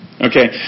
Okay